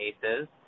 cases